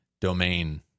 domain